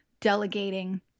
delegating